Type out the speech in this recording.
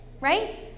right